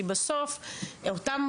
כי בסוף אותם